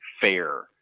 fair